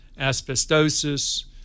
asbestosis